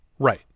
Right